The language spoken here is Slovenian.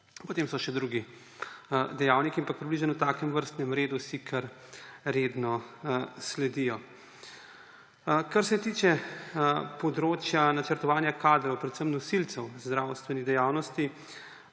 Potem so še drugi dejavniki, ampak približno v takem vrstnem redu si kar redno sledijo. Kar se tiče področja načrtovanja kadrov, predvsem nosilcev zdravstvenih dejavnosti,